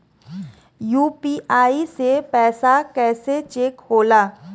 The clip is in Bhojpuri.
यू.पी.आई से पैसा कैसे चेक होला?